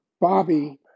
Bobby